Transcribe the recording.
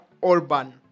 Orban